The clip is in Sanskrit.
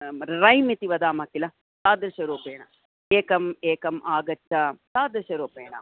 रैम् इति वदामः किल तादृशरूपेण एकम् एकम् आगच्च तादृशरूपेण